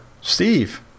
Steve